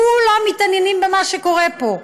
כולם מתעניינים במה שקורה פה,